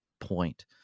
point